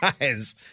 guys